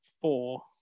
four